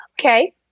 Okay